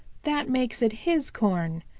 that makes it his corn.